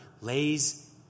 lays